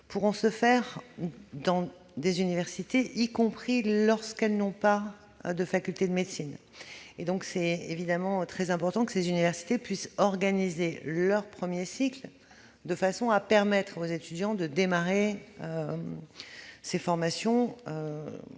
-pourront se faire dans des universités, y compris dans celles qui n'ont pas de facultés de médecine. Il est très important que celles-ci puissent organiser leur premier cycle de façon à permettre aux étudiants de démarrer ces formations